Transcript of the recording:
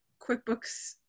QuickBooks